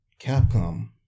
Capcom